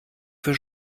für